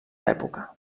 l’època